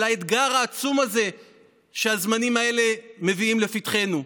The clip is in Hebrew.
האתגר העצום הזה שהזמנים האלה מביאים לפתחנו.